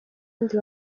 abandi